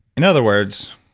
in other words,